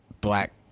black